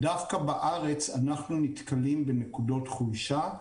דווקא בארץ אנחנו נתקלים בנקודות חולשה,